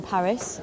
Paris